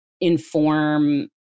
inform